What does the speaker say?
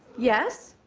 yes.